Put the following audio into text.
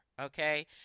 Okay